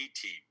team